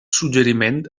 suggeriment